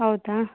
ಹೌದಾ